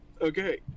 okay